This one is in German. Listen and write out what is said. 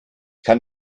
kann